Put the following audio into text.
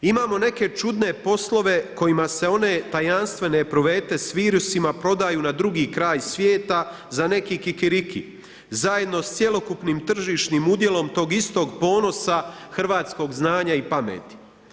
Imamo neke čudne poslove kojima se one tajanstvene epruvete s virusima prodaju na drugi kraj svijeta za neki kikiriki zajedno s cjelokupnim tržišnim udjelom tog istog ponosa hrvatskog znanja i pameti.